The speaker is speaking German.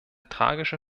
tragische